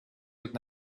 would